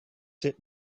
sit